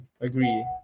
Agree